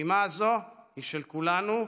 המשימה הזו היא של כולנו,